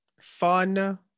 fun